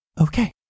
Okay